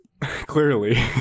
clearly